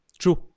true